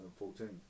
2014